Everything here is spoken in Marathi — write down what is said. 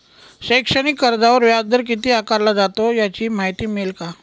शैक्षणिक कर्जावर व्याजदर किती आकारला जातो? याची माहिती मिळेल का?